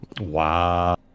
Wow